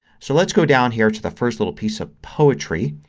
so let's go down here to the first little piece of poetry.